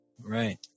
Right